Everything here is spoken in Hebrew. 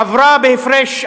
עברה בהפרש,